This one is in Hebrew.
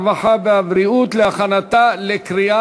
הרווחה והבריאות נתקבלה.